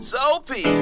Soapy